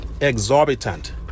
exorbitant